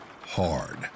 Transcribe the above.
Hard